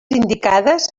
indicades